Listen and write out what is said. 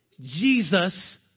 Jesus